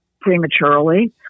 prematurely